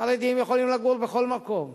חרדים יכולים לגור בכל מקום,